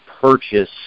purchase